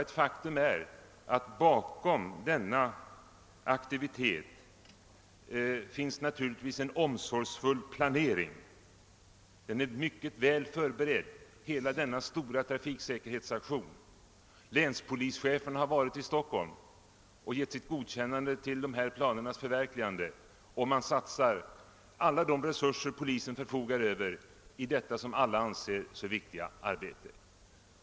Ett faktum är att bakom denna aktivitet naturligtvis finns en omsorgsfull planering. Denna stora trafiksäkerhetsaktion är mycket väl förberedd. Länspolischeferna har varit i Stockholm och givit sitt godkännande till planernas förverkligande, och man satsar alla de resurser polisen förfogar Över i detta, som alla anser, så viktiga arbete.